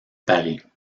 paris